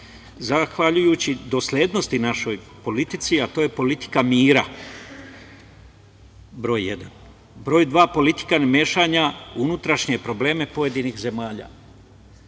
zahvaljujući doslednosti naše politike, a to je politika mira, broj jedan, broj dva, politika mešanja u unutrašnje probleme pojedinih zemalja.